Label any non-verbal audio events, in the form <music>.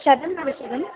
शब्दम् <unintelligible>